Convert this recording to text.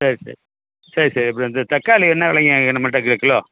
சரி சரி சரி சரி அப்பறம் இந்த தக்காளி என்ன விலைங்க நம்மள்ட்ட கிலோ